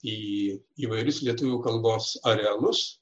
į įvairius lietuvių kalbos arealus